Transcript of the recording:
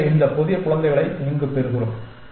எனவே இந்த புதிய குழந்தைகளை இங்கு பெறுகிறோம்